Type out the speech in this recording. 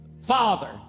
Father